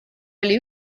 oli